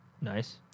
Nice